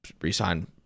re-sign